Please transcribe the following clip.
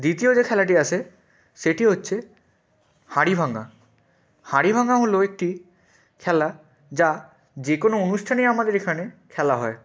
দ্বিতীয় যে খেলাটি আসে সেটি হচ্ছে হাঁড়ি ভাঙ্গা হাঁড়ি ভাঙ্গা হলো একটি খেলা যা যে কোনো অনুষ্ঠানেই আমাদের এখানে খেলা হয়